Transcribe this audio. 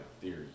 theory